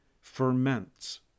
ferments